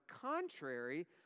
contrary